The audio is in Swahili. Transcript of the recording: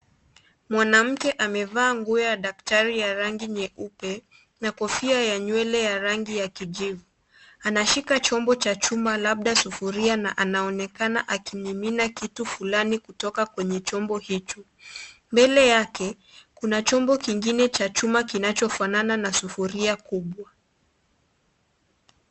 Mwanamke amevaa nguo ya daktari ya rangi nyeupe na kofia ya nywele ya rangi ya kijivu. Anashika chombo cha chuma, labda sufuria na anaonekana akimimina kitu fulani kutoka kwenye chombo hicho. Mbele yake kuna chombo kingine cha chuma kinachofanana na sufuria kubwa.